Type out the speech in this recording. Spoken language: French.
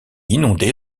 inondée